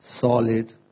solid